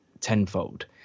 tenfold